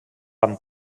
amb